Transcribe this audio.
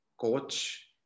coach